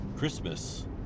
Christmas